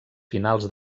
finals